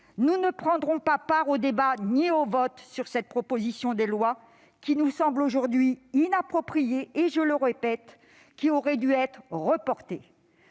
nous ne prendrons pas part au débat ni au vote sur cette proposition de loi qui nous semble aujourd'hui inappropriée et dont l'examen aurait dû être reporté.